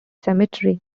cemetery